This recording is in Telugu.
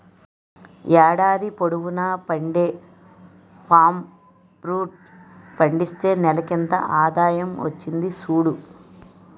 ఏడాది పొడువునా పండే పామ్ ఫ్రూట్ పండిస్తే నెలకింత ఆదాయం వచ్చింది సూడు